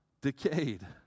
decayed